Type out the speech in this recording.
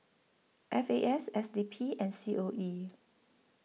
F A S S D P and C O E